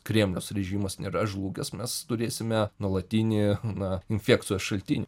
kremliaus režimas nėra žlugęs mes turėsime nuolatinį na infekcijos šaltinį